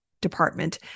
department